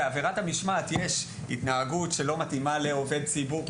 בעבירת המשמעת יש התנהגות שלא מתאימה לעובד ציבור.